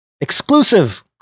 Exclusive